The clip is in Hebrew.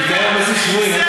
זה מתקיים על בסיס שבועי.